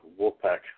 Wolfpack